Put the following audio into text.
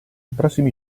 prossimi